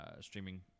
streaming